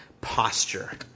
posture